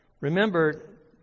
Remember